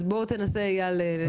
אז בוא תנסה אייל להסביר.